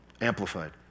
Amplified